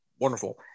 Wonderful